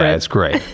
ah it's great.